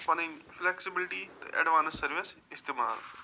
پنٕنۍ فُلیکٮ۪سبُلٹی تہٕ advance service اِستعمال